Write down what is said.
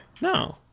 No